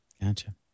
Gotcha